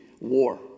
war